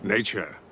Nature